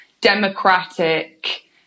democratic